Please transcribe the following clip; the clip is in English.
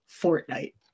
Fortnite